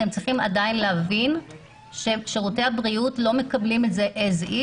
אתם צריכים להבין ששירותי הבריאות לא מקבלים את זה כמו שזה,